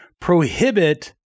prohibit